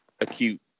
acute